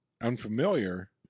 unfamiliar